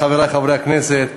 שלוש דקות לרשותך, חבר הכנסת כהן.